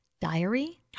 diary